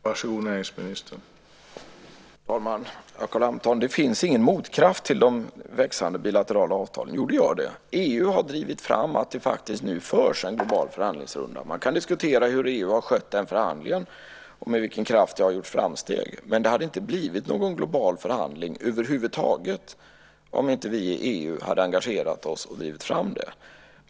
Herr talman! Carl Hamilton säger att det inte finns någon motkraft till de växande bilaterala avtalen. Jo, det gör det. EU har drivit fram att det faktiskt nu förs en global förhandlingsrunda. Man kan diskutera hur EU har skött den förhandlingen och med vilken kraft det har gjorts framsteg, men det hade inte blivit någon global förhandling över huvud taget om inte vi i EU hade engagerat oss och drivit fram en sådan.